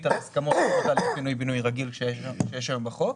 על הסכמות לפינוי-בינוי שיש היום בחוק.